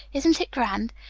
isn't it grand?